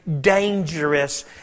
dangerous